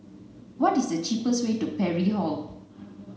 what is the cheapest way to Parry Hall